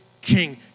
King